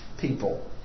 people